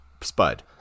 Spud